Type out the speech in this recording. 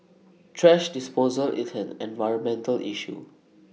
thrash disposal is an environmental issue